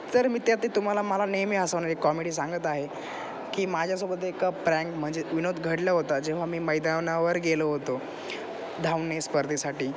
तर मी त्यातही तुम्हाला मला नेहमी हसवणारी एक कॉमेडी सांगत आहे की माझ्यासोबत एक प्रँक म्हणजे विनोद घडला होता जेव्हा मी मैदानावर गेलो होतो धावणे स्पर्धेसाठी